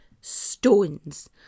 stones